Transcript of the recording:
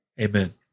Amen